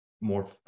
more